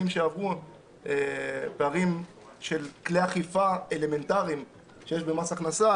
שעברו הם פערים של כלי אכיפה אלמנטריים שיש במס הכנסה,